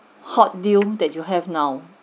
hot deal that you have now